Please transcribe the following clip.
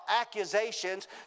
accusations